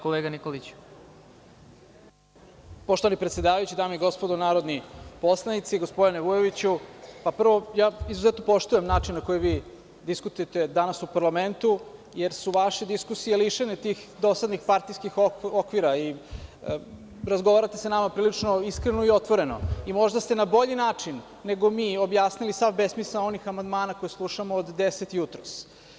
Poštovani predsedavajući, dame i gospodo narodni poslanici, gospodine Vujoviću, prvo, izuzetno poštujem način na koji vi diskutujete danas u parlamentu, jer su vaše diskusije lišene tih dosadnih partijskih okvira, razgovarate sa nama prilično iskreno i otvoreno i možda ste na bolji način nego mi objasnili sav besmisao onih amandmana koje slušamo od 10.00 časova jutros.